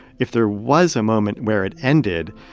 if there was a moment where it ended,